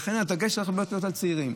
לכן, הדגש צריך להיות על אותם צעירים.